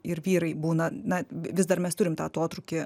ir vyrai būna na vis dar mes turim tą atotrūkį